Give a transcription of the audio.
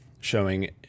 showing